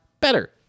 better